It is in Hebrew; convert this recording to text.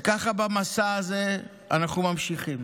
וככה במסע הזה אנחנו ממשיכים.